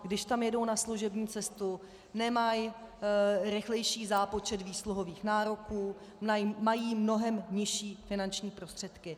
Když tam jedou na služební cestu, nemají rychlejší zápočet výsluhových nároků, mají mnohem nižší finanční prostředky.